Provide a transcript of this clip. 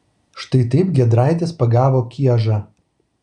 štai taip giedraitis pagavo kiežą